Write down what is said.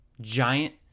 giant